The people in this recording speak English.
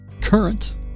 current